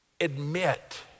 admit